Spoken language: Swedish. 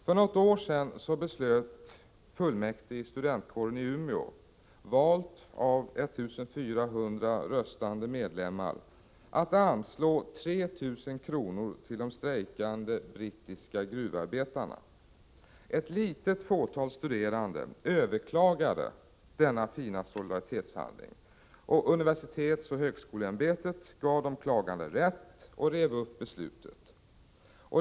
För något år sedan beslöt fullmäktige i studentkåren i Umeå — vald av 1400 röstande medlemmar — att anslå 3 000 kr. till de strejkande brittiska gruvarbetarna. Ett litet fåtal studerande överklagade denna fina solidaritetshandling. Universitetsoch högskoleämbetet gav de klagande rätt och rev upp beslutet.